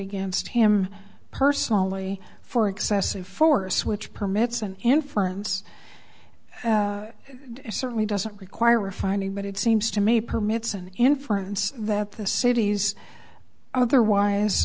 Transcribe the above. against him personally for excessive force which permits an inference certainly doesn't require refining but it seems to me permits an inference that the city's otherwise